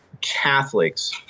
Catholics